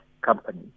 company